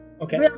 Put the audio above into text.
Okay